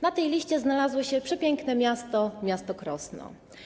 Na tej liście znalazło się przepiękne miasto, miasto Krosno.